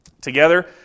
together